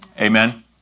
Amen